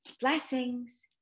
Blessings